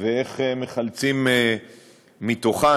ואיך מחלצים מתוכן.